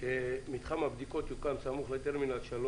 שמתחם בדיקות יוקם סמוך לטרמינל 3